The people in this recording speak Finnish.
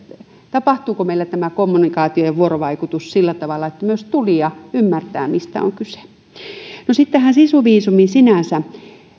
tapahtuuko meillä tämä kommunikaatio ja vuorovaikutus sillä tavalla että myös tulija ymmärtää mistä on kyse sitten tähän sisuviisumiin sinänsä